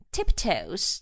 Tiptoes